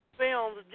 films